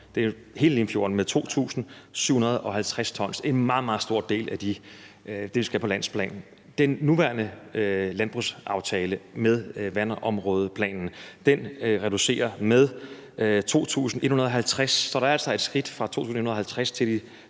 i hele Limfjorden med 2.750 t, altså en meget, meget stor del af det, der skal på landsplan, og den nuværende landbrugsaftale med vandområdeplanen reducerer med 2.150 t. Så der altså et skridt fra 2.150 t til det,